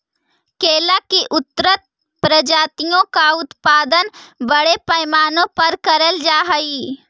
केला की उन्नत प्रजातियों का उत्पादन बड़े पैमाने पर करल जा हई